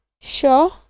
Sure